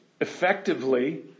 effectively